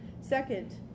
Second